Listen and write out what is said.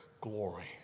glory